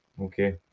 Okay